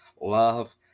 Love